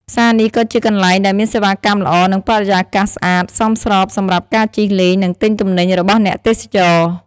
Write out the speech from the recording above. ផ្សារនេះក៏ជាកន្លែងដែលមានសេវាកម្មល្អ និងបរិយាកាសស្អាត សមស្របសម្រាប់ការជិះលេង និងទិញទំនិញរបស់អ្នកទេសចរ។